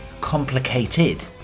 complicated